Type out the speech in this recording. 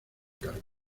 cargos